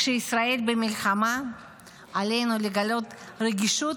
כשישראל במלחמה עלינו לגלות רגישות